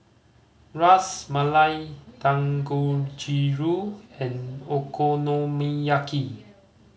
Ras Malai Dangojiru and Okonomiyaki